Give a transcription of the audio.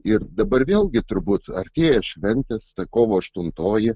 ir dabar vėlgi turbūt artėja šventės kovo aštuntoji